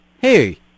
Hey